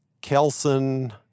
Kelson